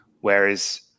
whereas